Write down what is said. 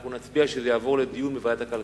אנחנו נצביע שזה יעבור לדיון בוועדת הכלכלה.